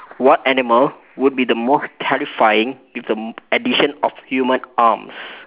what animal would be the most terrifying with the addition of human arms